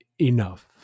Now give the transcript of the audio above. enough